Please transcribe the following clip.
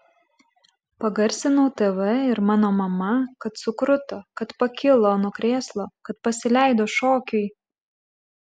pagarsinau tv ir mano mama kad sukruto kad pakilo nuo krėslo kad pasileido šokiui